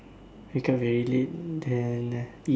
wake up very late then eat